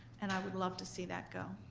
and i would love to see that go.